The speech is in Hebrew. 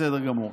בסדר גמור.